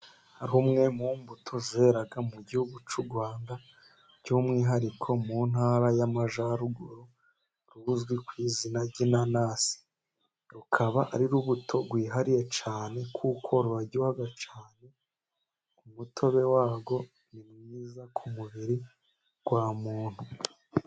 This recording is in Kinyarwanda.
Rumwe mu mbuto zera mu gihugu cy'u Rwanda, by'umwihariko mu Ntara y'Amajyaruguru, ruzwi ku izina ry'inanasi. Rukaba ari urubuto rwihariye cyane kuko ruraryoha. Umutobe warwo ni mwiza ku mubiri wa muntu.